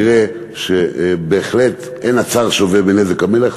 הוא יראה שבהחלט אין הצר שווה בנזק המלך.